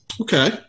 okay